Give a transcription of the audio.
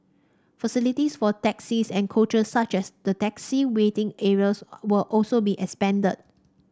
facilities for taxis and coaches such as the taxi waiting areas will also be expanded